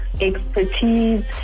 expertise